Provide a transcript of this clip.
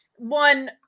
One